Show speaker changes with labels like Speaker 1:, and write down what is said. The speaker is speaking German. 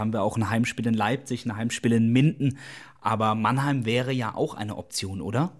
Speaker 1: haben wir auch ein Heimspiel in Leipzig, ein Heimspiel in Minden. Aber Mannheim wäre ja auch eine Option, oder?